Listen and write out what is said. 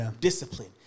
discipline